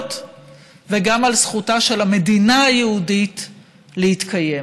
וגם על זכותה של המדינה היהודית להתקיים.